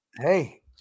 Hey